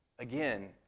Again